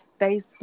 Facebook